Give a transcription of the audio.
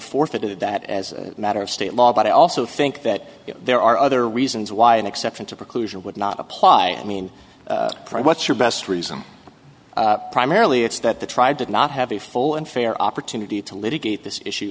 forfeited that as a matter of state law but i also think that there are other reasons why an exception to preclusion would not apply i mean for what's your best reason primarily it's that the tribe did not have a full and fair opportunity to litigate this issue